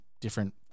different